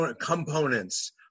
components